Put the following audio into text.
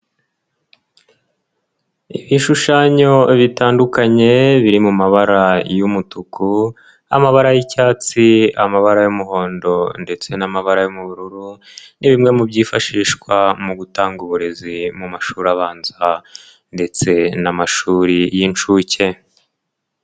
Ibishushanyo bitandukanye biri mu mabara y'umutuku, amabara y'icyatsi, amabara y'umuhondo ndetse n'amabara y'ubururu, ni bimwe mu byifashishwa mu gutanga uburezi mu mashuri abanza ndetse n'amashuri y'inshuke.